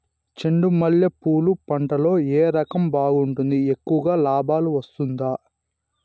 చెండు మల్లె పూలు పంట లో ఏ రకం బాగుంటుంది, ఎక్కువగా లాభాలు వస్తుంది?